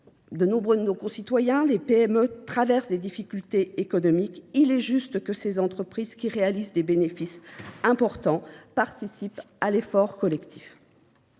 où nombre de nos concitoyens et des PME traversent des difficultés économiques, il est juste que ces entreprises, qui réalisent des bénéfices importants, participent à l’effort collectif.